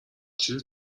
چیزی